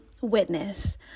witness